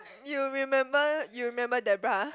you remember you remember Debra